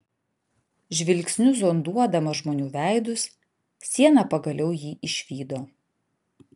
žvilgsniu zonduodama žmonių veidus siena pagaliau jį išvydo